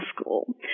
school